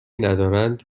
ندارند